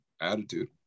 attitude